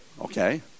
Okay